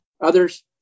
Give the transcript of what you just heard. Others